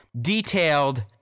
detailed